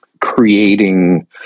creating